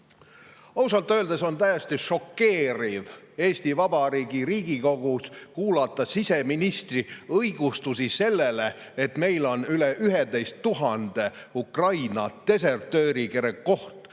Ausalt öeldes on täiesti šokeeriv Eesti Vabariigi Riigikogus kuulata siseministri õigustusi sellele, et meil on üle 11 000 Ukraina desertööri, kelle koht